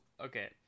okay